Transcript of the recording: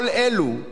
כל אלו,